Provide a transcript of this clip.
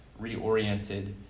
reoriented